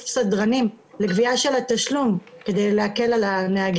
סדרנים לגבייה של התשלום כדי להקל על הנהגים.